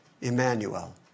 Emmanuel